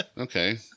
Okay